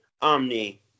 Omni